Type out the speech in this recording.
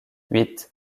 huit